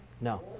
No